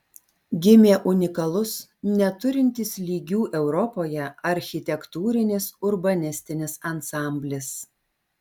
gimė unikalus neturintis lygių europoje architektūrinis urbanistinis ansamblis